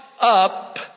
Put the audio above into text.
up